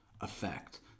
effect